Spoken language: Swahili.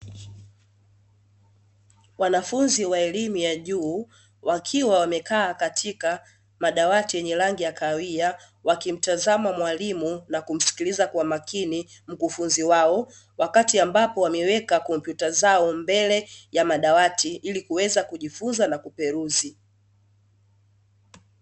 Wanafunzi wa elimu ya juu wakiwa wamekaa katika madawati yenye rangi ya kahawia, wakimtazama mwalimu na kumsikiliza kwa makini mkufunzi wao, wakati ambapo wameweka kompyuta zao mbele ya madawati ili kuweza kujifunza na kuperuzi.